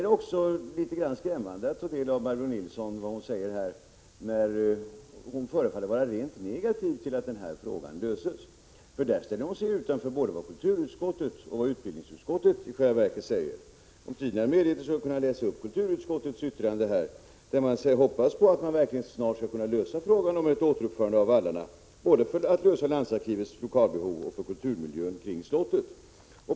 Det var litet skrämmande att höra vad Barbro Nilsson här sade. Hon förefaller vara rent negativ till att denna fråga löses. Därmed ställer hon sig utanför både vad kulturutskottet och vad utbildningsutskottet i själva verket säger. Om tiden hade medgivit det, hade jag kunnat läsat upp kulturutskot tets yttrande. Man hoppas verkligen att frågan om återuppförande av vallarna snart skall kunna lösas, både för tillgodoseende av landsarkivets lokalbehov och för kulturmiljön kring slottet.